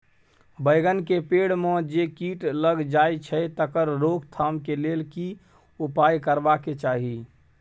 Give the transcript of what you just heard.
बैंगन के पेड़ म जे कीट लग जाय छै तकर रोक थाम के लेल की उपाय करबा के चाही?